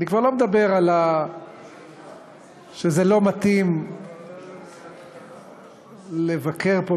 ואני כבר לא מדבר על זה שלא מתאים לבקר פה